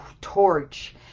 torch